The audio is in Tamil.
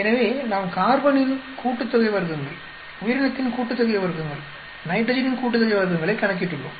எனவே நாம் கார்பனின் கூட்டுத்தொகை வர்க்கங்கள் உயிரினத்தின் கூட்டுத்தொகை வர்க்கங்கள் நைட்ரஜனின் கூட்டுத்தொகை வர்க்கங்களைக் கணக்கிட்டுள்ளோம்